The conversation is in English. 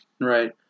Right